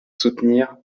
soutenir